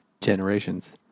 generations